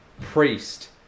Priest